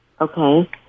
Okay